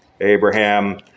Abraham